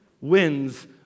wins